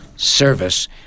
Service